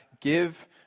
give